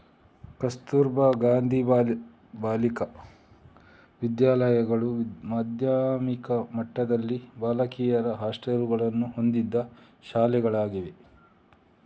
ಕಸ್ತೂರಬಾ ಗಾಂಧಿ ಬಾಲಿಕಾ ವಿದ್ಯಾಲಯಗಳು ಮಾಧ್ಯಮಿಕ ಮಟ್ಟದಲ್ಲಿ ಬಾಲಕಿಯರ ಹಾಸ್ಟೆಲುಗಳನ್ನು ಹೊಂದಿದ ಶಾಲೆಗಳಾಗಿವೆ